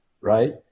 Right